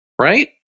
right